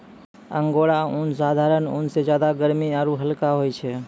angora ऊन साधारण ऊन स ज्यादा गर्म आरू हल्का होय छै